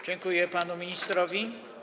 Dziękuję panu ministrowi.